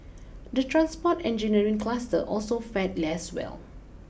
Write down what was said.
the transport engineering cluster also fared less well